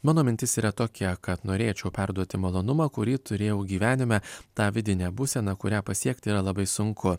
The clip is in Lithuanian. mano mintis yra tokia kad norėčiau perduoti malonumą kurį turėjau gyvenime tą vidinę būseną kurią pasiekti yra labai sunku